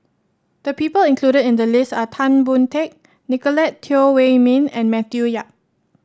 the people included in the list are Tan Boon Teik Nicolette Teo Wei Min and Matthew Yap